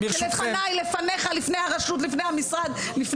לפניי, לפניך, לפני הרשות, לפני הכול.